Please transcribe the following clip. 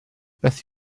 beth